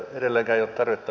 puheenjohtaja